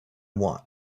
one